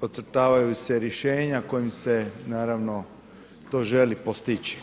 ocrtavaju se rješenja kojim se naravno to želi postići.